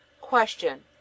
Question